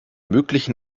möglichen